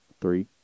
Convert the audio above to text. Three